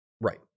Right